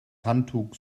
handtuch